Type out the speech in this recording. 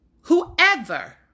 Whoever